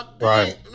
right